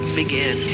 begin